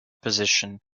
position